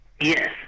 Yes